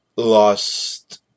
Lost